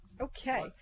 Okay